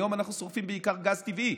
היום אנחנו שורפים בעיקר גז טבעי,